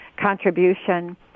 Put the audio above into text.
contribution